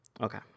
Okay